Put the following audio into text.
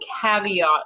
caveat